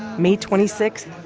may twenty six,